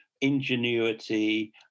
ingenuity